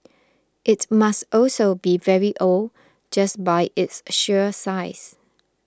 it must also be very old just by its sheer size